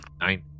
Nine